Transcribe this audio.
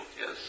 yes